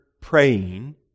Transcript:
praying